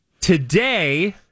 Today